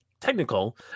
technical